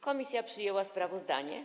Komisja przyjęła sprawozdanie.